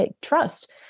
trust